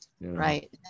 Right